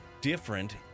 different